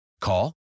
Call